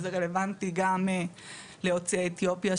זה רלבנטי גם ליוצאי אתיופיה,